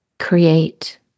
create